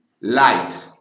light